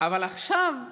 אבל עכשיו,